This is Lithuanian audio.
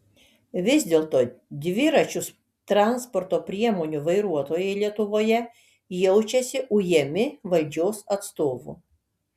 vis dėlto dviračių transporto priemonių vairuotojai lietuvoje jaučiasi ujami valdžios atstovų